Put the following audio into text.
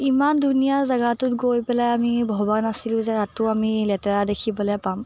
ইমান ধুনীয়া জেগাটোত গৈ পেলাই আমি ভবা নাছিলোঁ যে তাতো আমি লেতেৰা দেখিবলৈ পাম